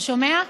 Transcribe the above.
אתה שומע?